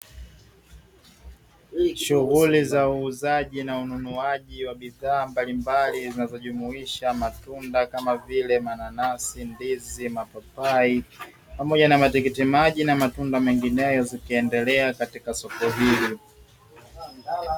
Shughuli za uuzaji na ununuaji wa bidhaa mbalimbali zinazojumuisha matunda kama vile mananasi, ndizi, mapapai pamoja na matunda mengine zikiendelea katika soko hili.